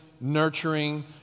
nurturing